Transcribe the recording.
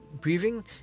breathing